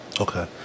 okay